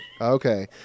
Okay